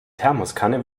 thermoskanne